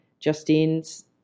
Justine's